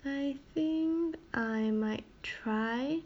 I think I might try